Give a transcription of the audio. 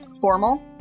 formal